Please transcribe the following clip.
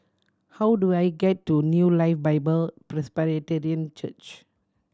how do I get to New Life Bible Presbyterian Church